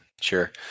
Sure